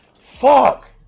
Fuck